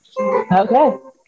Okay